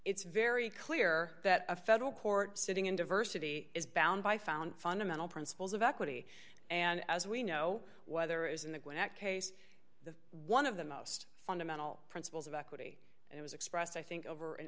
it's very clear that a federal court sitting in diversity is bound by found fundamental principles of equity and as we know whether is in the gwinnett case the one of the most fundamental principles of equity and it was expressed i think over